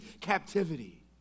captivity